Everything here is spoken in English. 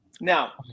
Now